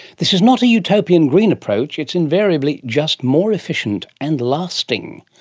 this is not a utopian green approach. it's invariably just more efficient and lasting.